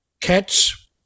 Cats